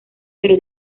pero